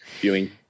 viewing